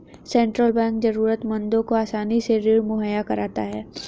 central bank जरूरतमंदों को आसानी से ऋण मुहैय्या कराता है